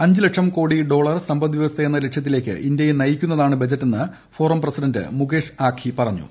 അഞ്ച് ലക്ഷം കോടി ഡോളർ സമ്പദ്വൃപ്പസ്മെയെന്ന ലക്ഷ്യത്തിലേക്ക് ഇന്ത്യയെ നയിക്കുന്നതാണ് ബജറ്റെന്ന് ് ഫോറം പ്രസിഡന്റ് മുകേഷ് ആഘി പറഞ്ഞു